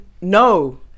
No